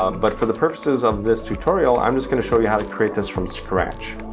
um but for the purposes of this tutorial, i'm just gonna show you how to create this from scratch.